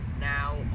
Now